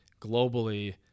globally